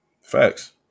Facts